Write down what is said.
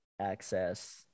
access